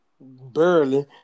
Barely